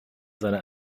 seiner